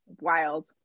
wild